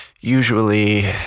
Usually